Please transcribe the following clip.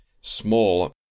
small